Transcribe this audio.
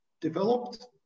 developed